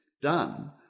done